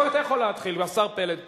אתה יכול להתחיל, והשר פלד פה.